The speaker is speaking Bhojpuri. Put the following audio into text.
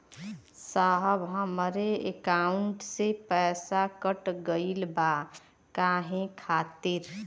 साहब हमरे एकाउंट से पैसाकट गईल बा काहे खातिर?